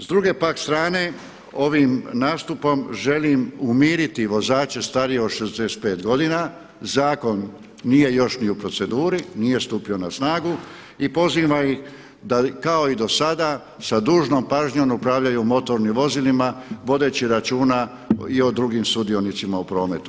S druge pak strane ovim nastupom želim umiriti vozače starije od 65 godina, zakon nije još ni u proceduri, nije stupio na snagu i pozivam ih da kao i do sada sa dužnom pažnjom upravljaju motornim vozilima vodeći računa i o drugim sudionicima u prometu.